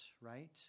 right